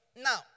Now